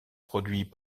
produits